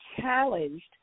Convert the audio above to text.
challenged